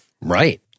Right